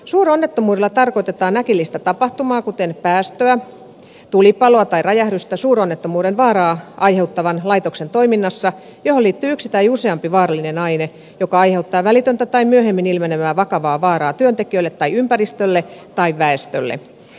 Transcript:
suuronnettomuudella tarkoitetaan äkillistä tapahtumaa kuten päästöä tulipaloa tai räjähdystä suuronnettomuuden vaaraa aiheuttavan laitoksen toiminnassa johon liittyy yksi tai useampi vaarallinen aine joka aiheuttaa välitöntä tai myöhemmin ilmenevää vakavaa vaaraa työntekijöille tai ympäristölle tai väestölle